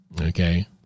okay